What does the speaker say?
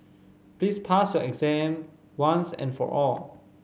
please pass your exam once and for all